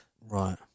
Right